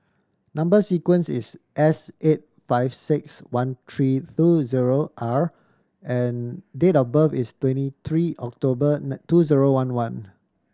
number sequence is S eight five six one three throw zero R and date of birth is twenty three October two zero one one